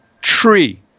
tree